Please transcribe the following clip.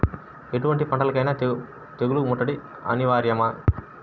ఎటువంటి పంటలకైన తెగులు ముట్టడి అనివార్యమా?